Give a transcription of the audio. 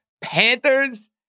Panthers